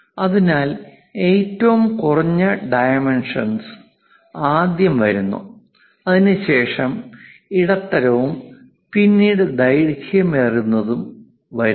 അതിനാൽ ഏറ്റവും കുറഞ്ഞ ഡൈമെൻഷൻ ആദ്യം വരുന്നു അതിനുശേഷം ഇടത്തരവും പിന്നീട് ദൈർഘ്യമേറിയതും വരുന്നു